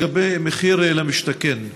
לגבי מחיר למשתכן,